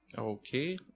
okay.